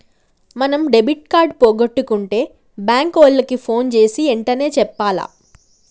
మనం debit card పోగొట్టుకుంటే bank ఓళ్ళకి పోన్ జేసీ ఎంటనే చెప్పాల